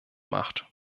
macht